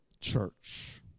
church